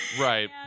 Right